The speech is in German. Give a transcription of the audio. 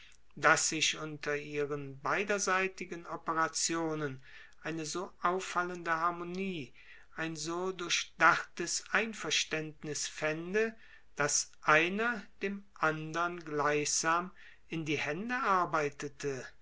daß sich unter ihren beiderseitigen operationen eine so auffallende harmonie ein so durchdachtes einverständnis fände daß einer dem andern gleichsam in die hände arbeitete